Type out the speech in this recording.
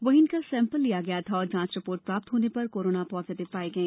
वहीं इनका sample लिया गया था और जांच रि ोर्ट प्राप्त होने र कोरोना ॉजिटिव ाई गई